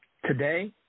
Today